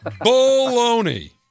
Bologna